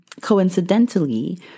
Coincidentally